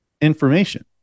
information